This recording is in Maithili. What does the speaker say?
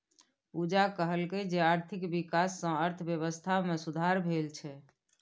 पूजा कहलकै जे आर्थिक बिकास सँ अर्थबेबस्था मे सुधार भेल छै